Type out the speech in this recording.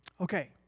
Okay